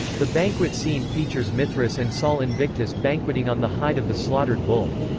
the banquet scene features mithras and sol invictus banqueting on the hide of the slaughtered bull.